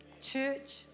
Church